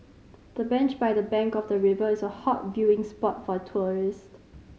the bench by the bank of the river is a hot viewing spot for tourist